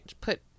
put